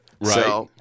Right